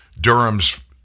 Durham's